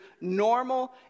normal